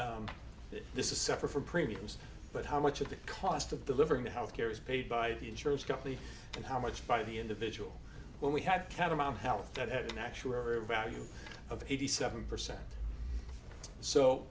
that this is separate from premiums but how much of the cost of delivering the health care is paid by the insurance company and how much by the individual when we had kava my health that had an actuary value of eighty seven percent so